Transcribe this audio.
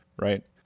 right